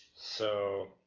so.